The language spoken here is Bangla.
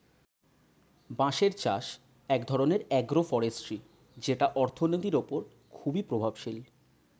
বাঁশের চাষ এক ধরনের আগ্রো ফরেষ্ট্রী যেটা অর্থনীতির ওপর খুবই প্রভাবশালী